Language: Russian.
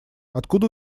откуда